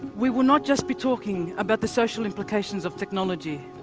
we will not just be talking about the social implications of technology,